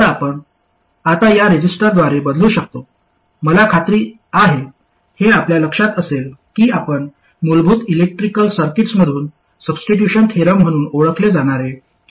तर आता आपण या रेझिस्टरद्वारे बदलू शकतो मला खात्री आहे हे आपल्या लक्षात असेल की आपण मूलभूत इलेक्ट्रिकल सर्किट्समधून सबस्टिट्यूशन थेरम म्हणून ओळखले जाणारे हे आहे